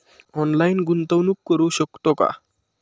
Online गुंतवणूक करू शकतो का?